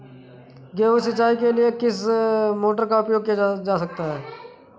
गेहूँ सिंचाई के लिए किस मोटर का उपयोग किया जा सकता है?